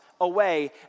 away